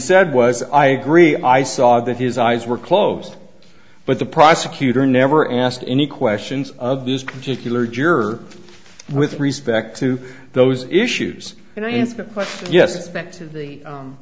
said was i agree i saw that his eyes were closed but the prosecutor never asked any questions of this particular juror with respect to those issues and i a